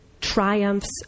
triumphs